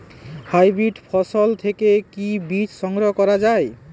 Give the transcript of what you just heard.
Hybrid ফসল থেকে কি বীজ সংগ্রহ করা য়ায়?